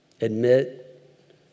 Admit